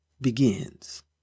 begins